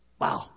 wow